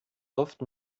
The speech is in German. oft